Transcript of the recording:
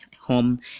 home